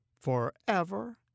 forever